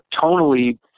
tonally